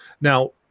now